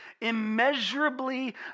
immeasurably